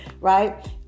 right